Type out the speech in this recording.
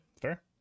fair